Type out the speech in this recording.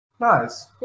Nice